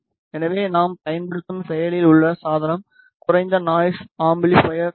எனவே நாம் பயன்படுத்தும் செயலில் உள்ள சாதனம் குறைந்த நாய்ஸ் அம்பிளிபைர் ஆகும்